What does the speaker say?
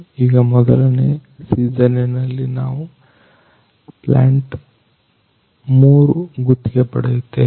ಈಗ ಮೊದಲನೇ ಸೀಸನ್ನಿನಲ್ಲಿ ನಾವು ಪ್ಲಾಂಟ್ 3 ಗುತ್ತಿಗೆ ಪಡೆಯುತ್ತೇವೆ